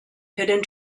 hidden